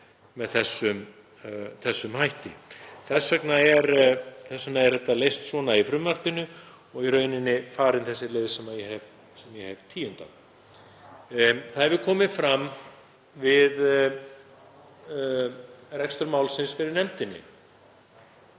með þessum hætti. Þess vegna er þetta leyst svona í frumvarpinu og í rauninni farin sú leið sem ég hef tíundað. Það hefur komið fram við rekstur málsins fyrir nefndinni